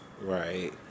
Right